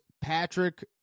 Patrick